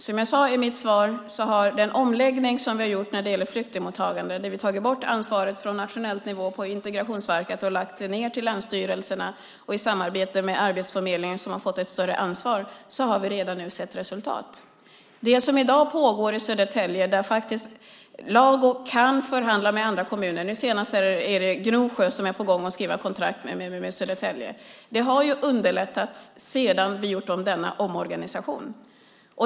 Som jag sade i mitt svar har den omläggning som vi har gjort när det gäller flyktingmottagandet, där vi har tagit bort ansvaret från nationell nivå på Integrationsverket och lagt ned det till länsstyrelsen i samarbete med Arbetsförmedlingen som har fått ett större ansvar, redan nu gett resultat. Det som i dag pågår i Södertälje där Lago kan förhandla med andra kommuner - nu senast är det Gnosjö som är på gång att skriva kontrakt med Södertälje - har underlättats av att vi har gjort denna omorganisation.